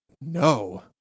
no